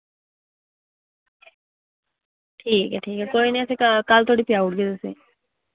ठीक ऐ ठीक ऐ कोई नि अस क कल धोड़ी पजाउड़ गे तुसें ई